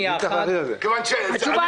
תוכנית המשפיעים נעצרה בגלל שיש את דינה זילבר.